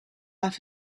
off